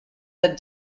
that